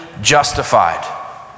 justified